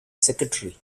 secretary